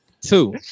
Two